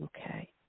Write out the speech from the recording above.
Okay